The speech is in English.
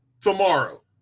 tomorrow